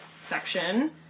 section